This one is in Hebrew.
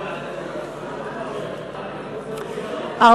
את הצעת חוק הגנת הצרכן (תיקון,